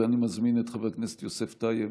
ואני מזמין את חבר הכנסת יוסף טייב,